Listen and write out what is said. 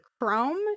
Chrome